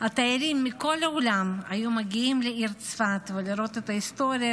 התיירים מכל העולם היו מגיעים לעיר צפת כדי לראות את ההיסטוריה,